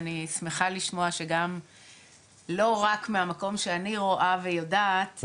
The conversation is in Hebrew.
ואני שמחה לשמוע שגם לא רק מהמקום שאני רואה ויודעת,